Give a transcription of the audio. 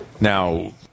Now